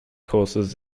courses